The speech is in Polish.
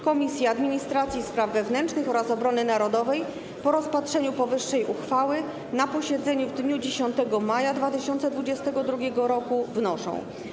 Komisja Administracji i Spraw Wewnętrznych oraz Komisja Obrony Narodowej po rozpatrzeniu powyższej uchwały na posiedzeniu w dniu 10 maja 2022 r. wnoszą: